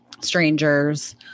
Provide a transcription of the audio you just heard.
strangers